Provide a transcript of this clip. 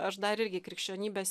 aš dar irgi krikščionybės